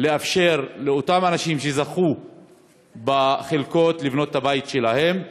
ולאפשר לאנשים שזכו בחלקות לבנות את הבית שלהם.